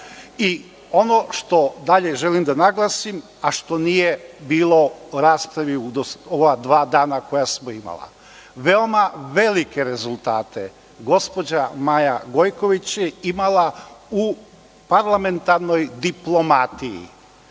Ono što dalje želim da naglasim, a što nije bilo u raspravi u ova dva dana koja smo imali, veoma velike rezultate gospođa Maja Gojković je imala u parlamentarnoj diplomatiji.